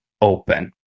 open